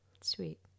Sweet